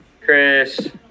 Chris